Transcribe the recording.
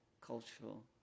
cultural